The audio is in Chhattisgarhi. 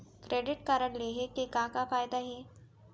क्रेडिट कारड लेहे के का का फायदा हे?